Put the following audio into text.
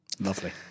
Lovely